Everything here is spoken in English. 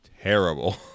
terrible